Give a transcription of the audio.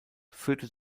führte